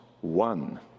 one